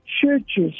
churches